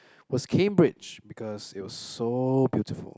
was Cambridge because it was so beautiful